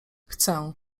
chcę